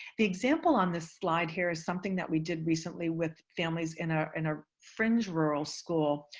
the example on this slide here is something that we did recently with families in our and our fringe rural school.